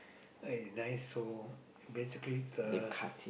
oh it's nice to basically uh